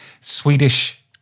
Swedish